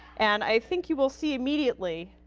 and i think you will see immediately